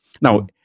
now